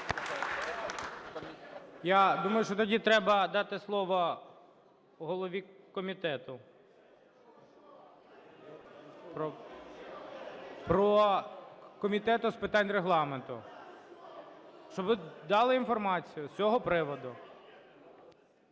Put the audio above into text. Я думаю, що тоді треба дати слово голові Комітету з питань Регламенту, щоб дали інформацію з цього приводу.